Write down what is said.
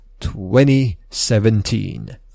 2017